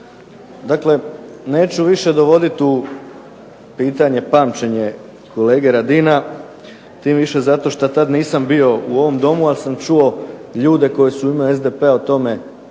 Dakle neću više dovoditi u pitanje pamćenje kolege Radina, tim više zato što tad nisam bio u ovom Domu, ali sam čuo ljude koji su u ime SDP-a o tome